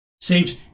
saves